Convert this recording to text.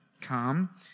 come